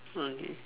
okay